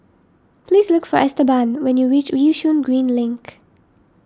please look for Esteban when you reach Yishun Green Link